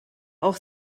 auch